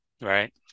Right